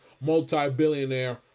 multi-billionaire